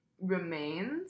remains